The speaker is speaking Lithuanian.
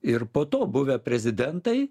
ir po to buvę prezidentai